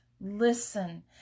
Listen